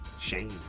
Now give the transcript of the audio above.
Shame